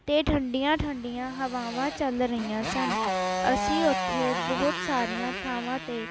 ਅਤੇ ਠੰਡੀਆਂ ਠੰਡੀਆਂ ਹਵਾਵਾਂ ਚੱਲ ਰਹੀਆਂ ਸਨ ਅਸੀਂ ਉੱਥੇ ਬਹੁਤ ਸਾਰੀਆਂ ਥਾਵਾਂ 'ਤੇ